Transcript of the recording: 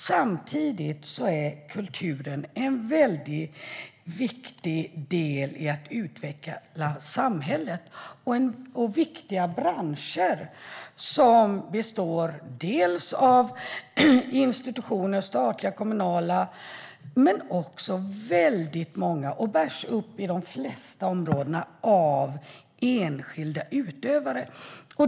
Samtidigt är kulturen en väldigt viktig del i att utveckla samhället. Det är viktiga branscher som består av institutioner, statliga och kommunala. Men det är också väldigt många enskilda utövare som bär upp detta i de flesta områden.